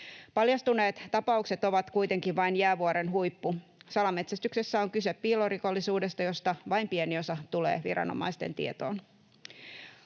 Paljastuneet tapaukset ovat kuitenkin vain jäävuoren huippu. Salametsästyksessä on kyse piilorikollisuudesta, josta vain pieni osa tulee viranomaisten tietoon.